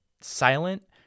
silent